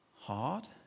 Hard